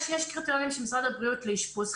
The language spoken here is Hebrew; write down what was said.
יש קריטריונים למשרד הבריאות לאשפוז,